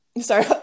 sorry